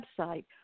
website